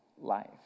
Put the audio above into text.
life